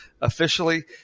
officially